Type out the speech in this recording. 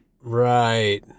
right